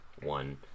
one